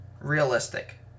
realistic